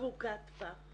ארוכת טווח